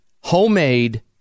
homemade